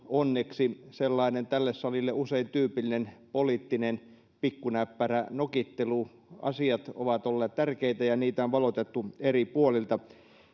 onneksi puuttunut sellainen tälle salille usein tyypillinen poliittinen pikkunäppärä nokittelu asiat ovat olleet tärkeitä ja niitä on valotettu eri puolilta